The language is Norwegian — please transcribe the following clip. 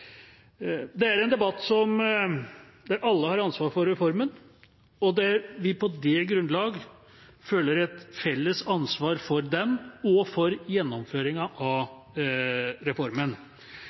Det er en debatt om en reform alle har ansvar for, og på det grunnlag føler vi et felles ansvar for den og for gjennomføringen av reformen.